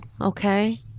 okay